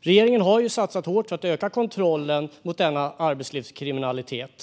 Regeringen har satsat hårt för att motverka arbetslivskriminalitet.